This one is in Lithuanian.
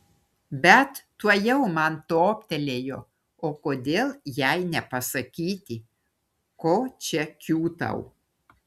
bet tuojau man toptelėjo o kodėl jai nepasakyti ko čia kiūtau